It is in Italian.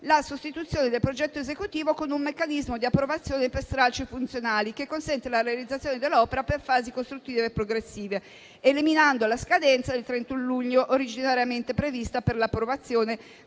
la sostituzione del progetto esecutivo con un meccanismo di approvazione per stralci funzionali, che consente la realizzazione dell'opera per fasi costruttive e progressive, eliminando la scadenza del 31 luglio, originariamente prevista per l'approvazione